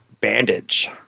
bandage